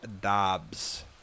Dobbs